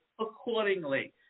accordingly